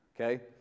Okay